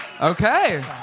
Okay